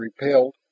repelled